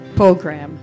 program